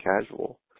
casual